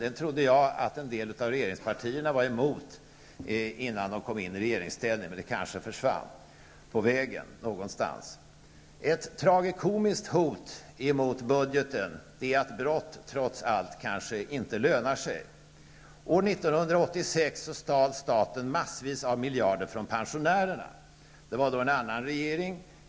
Den trodde jag att en del av regeringspartierna var emot innan de kom i regeringsställning, men detta kanske försvann på vägen någonstans. Ett tragikomiskt hot mot budgeten är att brott trots allt kanske inte lönar sig. År 1986 stal staten massvis av miljarder från pensionärerna. Det var då en annan regering.